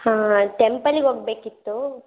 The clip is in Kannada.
ಹಾಂ ಟೆಂಪಲಿಗೆ ಹೋಗ್ಬೇಕಿತ್ತು